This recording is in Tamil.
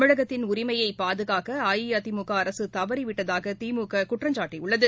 தமிழகத்தின் உரிமையபாதுகாக்கஅஇஅதிமுகஅரசுதவறிவிட்டதாகதிமுககுற்றம் சாட்டியுள்ளது